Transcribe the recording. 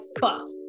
fuck